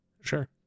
Sure